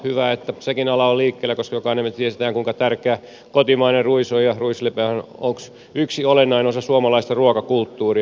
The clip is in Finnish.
hyvä että sekin ala on liikkeellä koska jokainen meistä tietää kuinka tärkeä kotimainen ruis on ja ruisleipähän on yksi olennainen osa suomalaista ruokakulttuuria